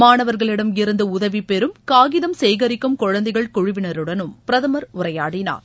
மாணவர்களிமிருந்து உதவி பெரும் காகிதம் சேகரிக்கும் குழந்தைகள் குழுவினருடனும் பிரதமர் உரையாடினார்